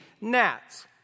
gnats